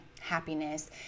happiness